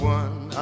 one